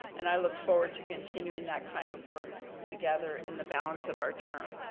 and, i look forward to continuing that kind of work together in the balance of our term.